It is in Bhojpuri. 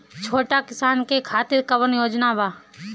छोटा किसान के खातिर कवन योजना बा?